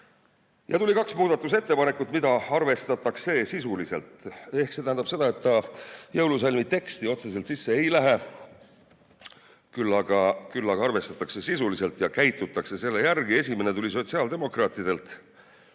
Ja tuli kaks muudatusettepanekut, mida arvestatakse sisuliselt. See tähendab seda, et need jõulusalmi teksti otseselt sisse ei lähe, küll aga arvestatakse neid sisuliselt ja käitutakse nende järgi. Esimene ettepanek tuli sotsiaaldemokraatidelt